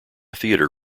theatre